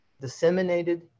disseminated